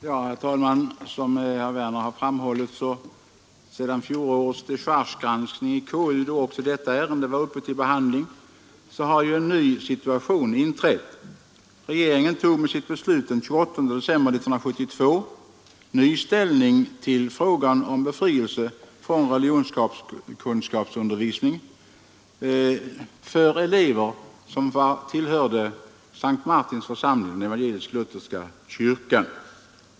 Herr talman! Som herr Werner i Malmö framhållit har det sedan fjolårets dechargegranskning i konstitutionsutskottet, då detta ärende också var uppe till behandling, inträtt en ny situation. Regeringen tog med sitt beslut av den 28 december 1972 ny ställning till frågan om befrielse från religionskunskapsundervisning för elever som tillhör S:t Martins församling av den luthersk-evangeliska kyrkan.